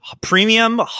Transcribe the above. Premium